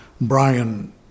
Brian